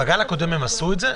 בגל הקודם עשו את זה?